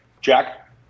Jack